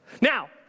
Now